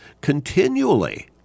continually